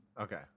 Okay